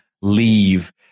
leave